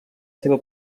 seva